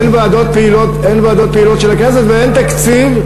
אין ועדות פעילות של הכנסת ואין תקציב,